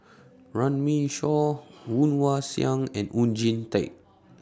Runme Shaw Woon Wah Siang and Oon Jin Teik